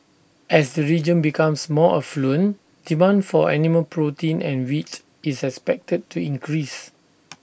as the region becomes more affluent demand for animal protein and wheat is expected to increase